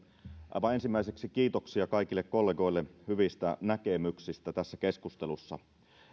aivan ensimmäiseksi kiitoksia kaikille kollegoille hyvistä näkemyksistä tässä keskustelussa